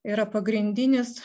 yra pagrindinis